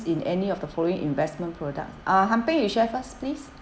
in any of the following investment product uh han peng you share first please